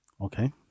Okay